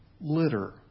litter